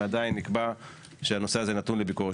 ועדיין נקבע שהנושא הזה נתון לביקורת